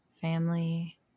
family